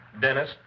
Dennis